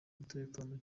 umutekano